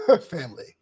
Family